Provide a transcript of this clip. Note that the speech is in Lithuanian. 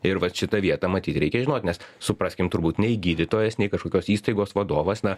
ir vat šitą vietą matyt reikia žinot nes supraskim turbūt nei gydytojas nei kažkokios įstaigos vadovas na